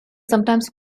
sometimes